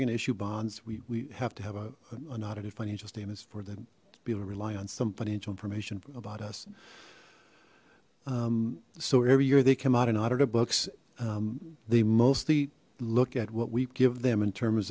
going to issue bonds we have to have a an audited financial statements for them to be able to rely on some financial information about us so every year they come out and audit our books they mostly look at what we give them in terms